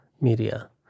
Media